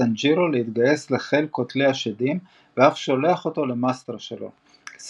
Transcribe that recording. טאנג'ירו להתגייס לחיל קוטלי השדים ואף שולח אותו למאסטר שלו,